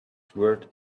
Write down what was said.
sword